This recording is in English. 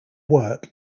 work